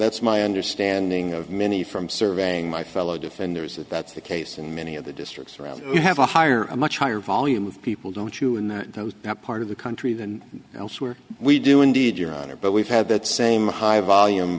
that's my understanding of many from surveying my fellow defender is that that's the case in many of the districts around you have a higher a much higher volume of people don't you in that those part of the country than elsewhere we do indeed your honor but we've had that same high volume